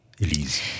Elise